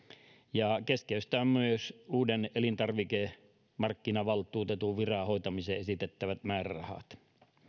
ja keskeistä ovat myös uuden elintarvikemarkkinavaltuutetun viran hoitamiseen esitettävät määrärahat